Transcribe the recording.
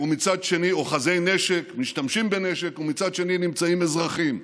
אוחזי נשק, משתמשים בנשק, ומצד שני נמצאים אזרחים.